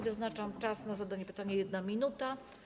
Wyznaczam czas na zadanie pytania - 1 minuta.